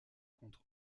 contre